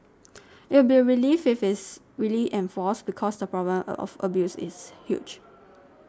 it will be a relief if it is really enforced because the problem of abuse is huge